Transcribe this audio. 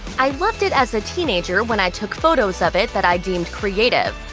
i loved it as a teenager when i took photos of it that i deemed creative.